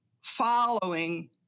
following